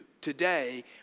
today